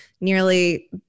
nearly